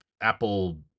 Apple